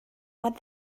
what